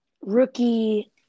rookie